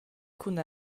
cun